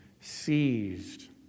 seized